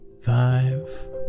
five